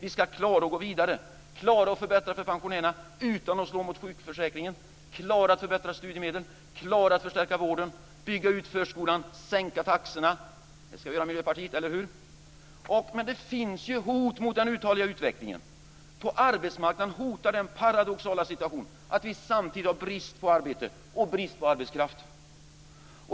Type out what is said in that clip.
Vi ska klara att gå vidare och förbättra för pensionärerna utan att slå mot sjukförsäkringen, klara att förbättra studiemedlen och klara att förstärka vården, bygga ut förskolan och sänka taxorna. Det ska vi göra tillsammans med Miljöpartiet, eller hur? Men det finns hot mot den uthålliga utvecklingen. På arbetsmarknaden hotar den paradoxala situationen att vi samtidigt har brist på arbete och brist på arbetskraft.